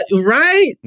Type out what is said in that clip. Right